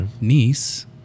niece